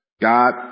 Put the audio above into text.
God